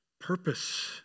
purpose